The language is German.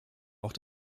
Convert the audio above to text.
auch